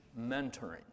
mentoring